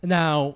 now